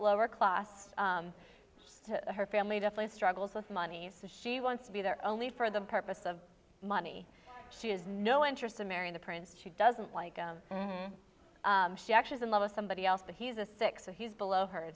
lower class to her family definitely struggles with money so she wants to be there only for the purpose of money she has no interest in marrying the prince she doesn't like she actually is in love with somebody else that he's a six so he's below her